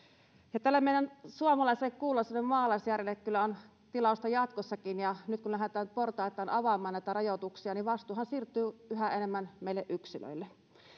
tälle meidän suomalaiselle kuuluisalle maalaisjärjelle kyllä on tilausta jatkossakin ja nyt kun lähdetään portaittain avaamaan näitä rajoituksia niin vastuuhan siirtyy yhä enemmän meille yksilöille